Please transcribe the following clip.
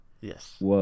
Yes